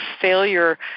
failure